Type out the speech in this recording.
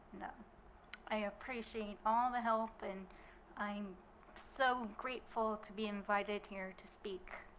you know i appreciate all the help and i'm so grateful to be invited here to speak.